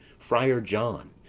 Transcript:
friar john,